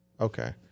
Okay